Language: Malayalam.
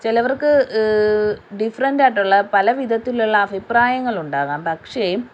ചിലവർക്ക് ഡിഫറൻ്റായിട്ടുള്ള പല വിധത്തിലുള്ള അഭിപ്രായങ്ങളുണ്ടാകാം പക്ഷേ